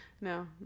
No